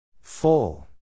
Full